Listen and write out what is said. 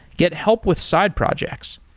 get help with side projects,